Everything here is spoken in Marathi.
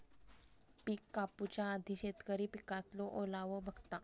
पिक कापूच्या आधी शेतकरी पिकातलो ओलावो बघता